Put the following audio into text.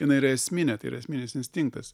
jinai yra esminė tai yra esminis instinktas